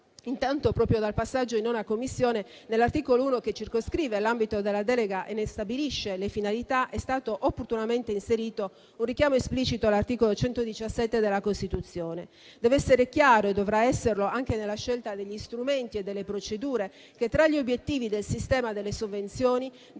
intanto proprio dal passaggio in 9a Commissione, nell'articolo 1, che circoscrive l'ambito della delega e ne stabilisce le finalità, è stato opportunamente inserito un richiamo esplicito all'articolo 117 della Costituzione. Deve essere chiaro - e dovrà esserlo anche nella scelta degli strumenti e delle procedure - che tra gli obiettivi del sistema delle sovvenzioni deve